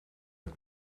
met